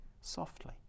softly